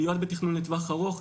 להיות בתכנון לטווח ארוך.